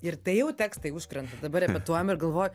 ir tai jau tekstai užkrenta dabar repetuojam ir galvoj